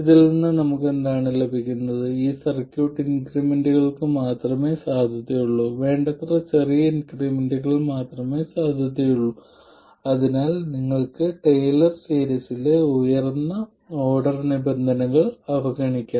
ഇതിൽ നിന്ന് നമുക്ക് എന്താണ് ലഭിക്കുന്നത് ഈ സർക്യൂട്ട് ഇൻക്രിമെന്റുകൾക്ക് മാത്രമേ സാധുതയുള്ളൂ വേണ്ടത്ര ചെറിയ ഇൻക്രിമെന്റുകൾക്ക് മാത്രമേ സാധുതയുള്ളൂ അതിനാൽ നിങ്ങൾക്ക് ടെയ്ലർ സീരീസിലെ ഉയർന്ന ഓർഡർ നിബന്ധനകൾ അവഗണിക്കാം